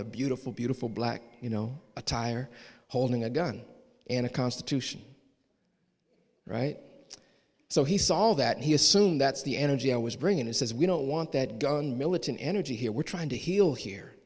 the beautiful beautiful black you know attire holding a gun and a constitution right so he saw all that he assumed that's the energy i was bringing this is we don't want that gun militant energy here we're trying to heal here